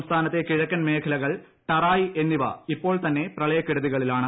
സംസ്ഥാനത്തെ കിഴക്കൻ മേഖകൾ ടറായ് എന്നിവ ഇപ്പോൾ തന്നെ പ്രളയക്കെടുതികളിലാണ്